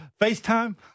Facetime